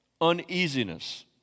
uneasiness